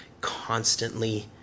constantly